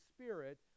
spirit